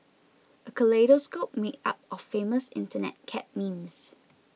a kaleidoscope made up of famous Internet cat memes